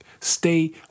Stay